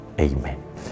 Amen